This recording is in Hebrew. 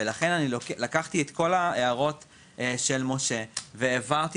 לכן לקחתי את כל ההערות של משה והעברתי